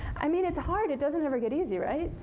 i mean, it's hard. it doesn't ever get easy, right?